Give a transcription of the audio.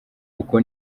uko